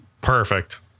Perfect